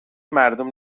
مردم